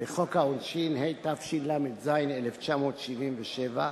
לחוק העונשין, התשל"ז 1977,